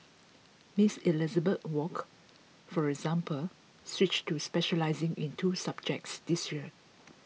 Miss Elizabeth Wok for example switched to specialising in two subjects this year